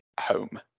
home